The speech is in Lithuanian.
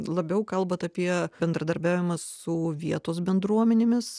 labiau kalbat apie bendradarbiavimą su vietos bendruomenėmis